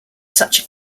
such